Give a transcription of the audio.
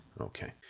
Okay